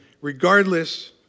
regardless